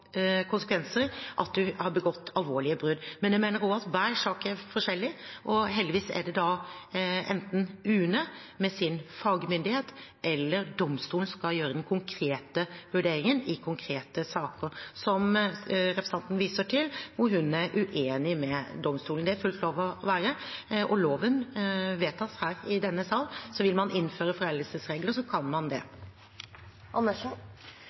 konsekvenser at du har begått alvorlige brudd. Men jeg mener også at hver sak er forskjellig, og heldigvis er det da enten UNE, med sin fagmyndighet, eller domstolen som skal gjøre den konkrete vurderingen i konkrete saker, som representanten viser til, hvor hun er uenig med domstolen. Det er det fullt lov å være. Og loven vedtas her i denne sal, så vil man innføre foreldelsesregler, så kan man det.